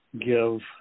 give